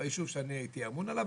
ביישוב שאני הייתי אמון עליו.